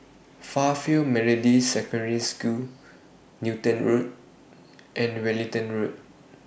Fairfield Methodist Secondary School Newton Road and Wellington Road